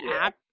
app